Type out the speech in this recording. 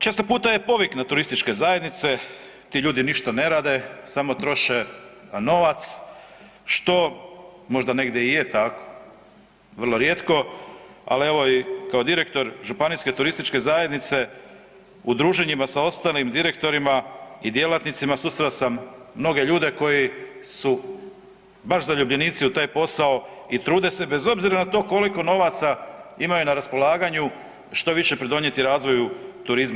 Često puta je povik na turističke zajednice, ti ljudi ništa ne rade samo troše novac, što možda negdje i je tako, vrlo rijetko, al evo i kao direktor županijske turističke zajednice u druženjima sa ostalim direktorima i djelatnicima susreo sam mnoge ljude koji su baš zaljubljenici u taj posao i trude se bez obzira na to koliko novaca imaju na raspolaganju, što više pridonijeti razvoju turizma.